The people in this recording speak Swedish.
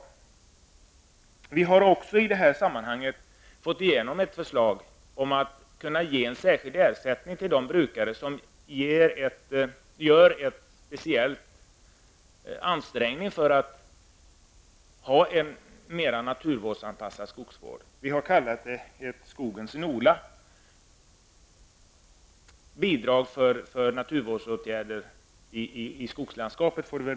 Centern har också i det här sammanhanget fått igenom ett förslag om ge en särskild ersättning till de brukare som anstränger sig för att utöva en mer naturvårdsanpassad skogsvård. Vi har kallat det för skogens NOLA, eller bidrag för naturvårdsåtgärder i skogslandskapet.